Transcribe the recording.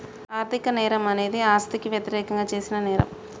ఆర్థిక నేరం అనేది ఆస్తికి వ్యతిరేకంగా చేసిన నేరం